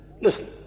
Listen